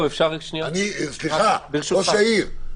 ראש העיר,